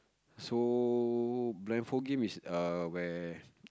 so blindfold game is err where